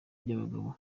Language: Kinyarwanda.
n’abagabo